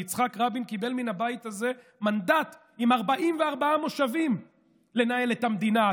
ויצחק רבין קיבל מן הבית הזה מנדט עם 44 מושבים לנהל את המדינה,